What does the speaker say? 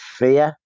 fear